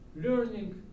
learning